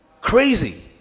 Crazy